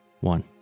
One